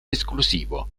esclusivo